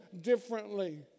differently